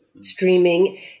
Streaming